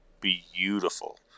beautiful